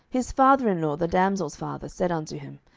his father in law, the damsel's father, said unto him,